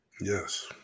Yes